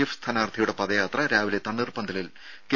F സ്ഥാനാർത്ഥിയുടെ പദയാത്ര രാവിലെ തണ്ണീർപന്തലിൽ കെ